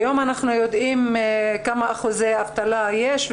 כיום אנחנו יודעים כמה אחוזי אבטלה יש,